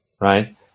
right